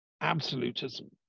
absolutism